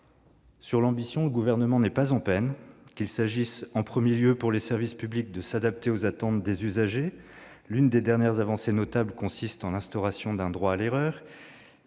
de vue, le Gouvernement n'est pas en peine. C'est vrai, en premier lieu, pour les services publics et leur adaptation aux attentes des usagers ; l'une des dernières avancées notables consiste en l'instauration d'un droit à l'erreur,